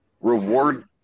reward